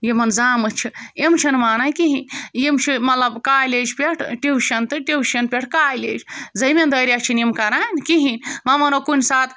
یِمَن زامہٕ چھِ یِم چھِنہٕ مانان کِہیٖنۍ یِم چھِ مطلب کالیج پٮ۪ٹھ ٹِوشَن تہٕ ٹِوشَن پٮ۪ٹھ کالیج زٔمیٖندٲرِیاہ چھِنہٕ یِم کَران کِہیٖنۍ وَ وَنو کُنہِ ساتہٕ